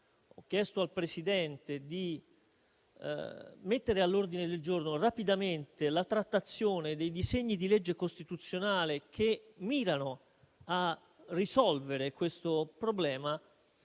ho chiesto al Presidente di mettere all'ordine del giorno rapidamente la trattazione dei disegni di legge costituzionali che mirano a risolvere tale problema,